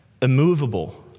immovable